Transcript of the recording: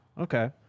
Okay